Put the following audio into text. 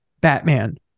Batman